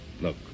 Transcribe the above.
Look